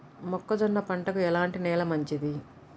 మొక్క జొన్న పంటకు ఎలాంటి నేల మంచిది?